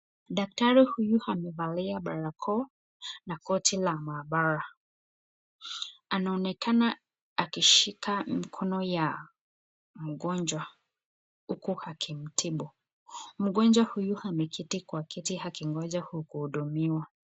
Daktari huyu amevalia barakoa na koti la mabara anaonekana akishika mkono ya mgonjwa, huku akimtibu. Mgonjwa huyu ameketi kwa kiti akingoja kuhudumiwa.